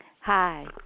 Hi